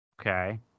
Okay